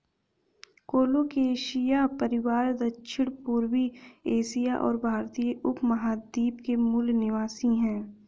colocasia परिवार दक्षिणपूर्वी Asia और भारतीय उपमहाद्वीप के मूल निवासी है